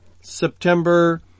September